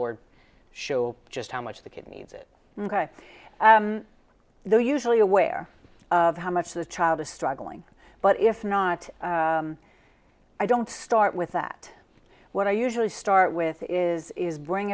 or show just how much the kid needs it though usually aware of how much the child is struggling but if not i don't start with that what i usually start with is is bring